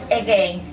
again